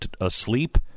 asleep